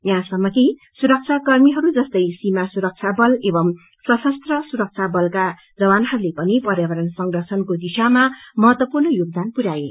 यहाँसम्म कि सुरक्षा कर्मीहरू जस्तै सीमा सुरक्षा बल एवम सशस्त्र सुरक्षा बलका जवानहरूले पनि पर्यावरण संरक्षणको दिशामा महत्वपूर्ण योगदान पुऱ्याए